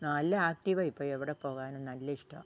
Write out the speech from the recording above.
നല്ല ആക്റ്റീവായി ഇപ്പം എവിടെ പോകാനും നല്ല ഇഷ്ടമാണ്